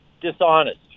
dishonest